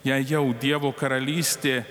jei jau dievo karalystė